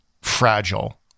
fragile